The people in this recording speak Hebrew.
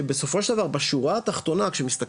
שבסופו של דבר בשורה התחתונה,